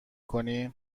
کنی